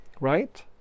right